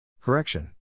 Correction